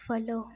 follow